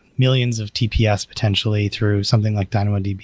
millions of tps, potentially, through something like dynamodb.